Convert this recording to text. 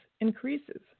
increases